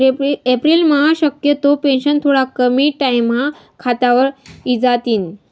एप्रिलम्हा शक्यतो पेंशन थोडा कमी टाईमम्हा खातावर इजातीन